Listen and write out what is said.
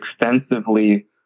extensively